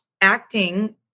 acting